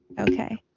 Okay